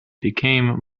becomes